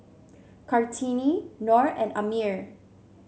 Kartini Nor and Ammir